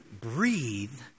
breathe